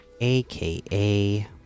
aka